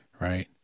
right